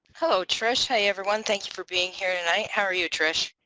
hello trish hi everyone thank you for being here tonight. how are you trish?